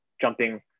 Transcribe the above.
jumping